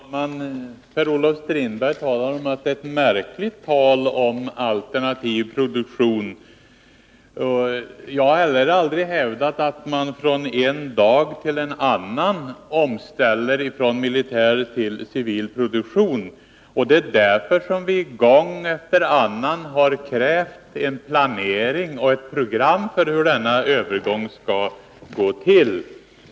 Herr talman! Per-Olof Strindberg säger att det är ett märkligt tal om alternativ produktion. Men jag har aldrig hävdat att man från en dag till en annan omställer från militär till civil produktion. Det är därför som vi gång efter annan har krävt en planering och ett program för hur en sådan övergång skall gå till.